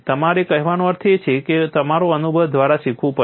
મારો કહેવાનો અર્થ એ છે કે તમારે અનુભવો દ્વારા શીખવું પડશે